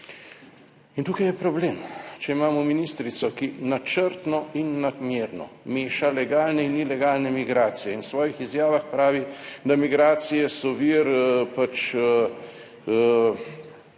in tukaj je problem. Če imamo ministrico, ki načrtno in namerno meša legalne in ilegalne migracije in v svojih izjavah pravi, da migracije so vir